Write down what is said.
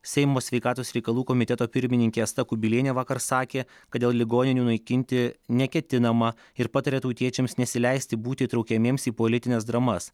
seimo sveikatos reikalų komiteto pirmininkė asta kubilienė vakar sakė kad dėl ligoninių naikinti neketinama ir patarė tautiečiams nesileisti būti įtraukiamiems į politines dramas